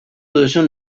duzun